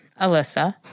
Alyssa